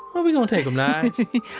where we gonna take em, nige?